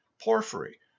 Porphyry